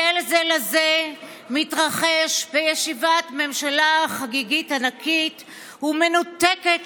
הגזל הזה מתרחש בישיבת ממשלה חגיגית ענקית ומנותקת